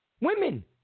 women